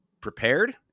prepared